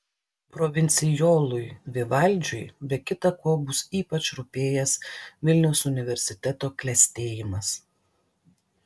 provincijolui vivaldžiui be kita ko bus ypač rūpėjęs vilniaus universiteto klestėjimas